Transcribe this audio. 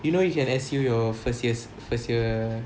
you know you can S_U your your first years first year